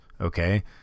Okay